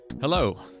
Hello